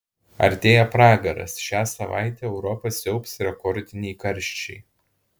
artėja pragaras šią savaitę europą siaubs rekordiniai karščiai